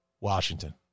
Washington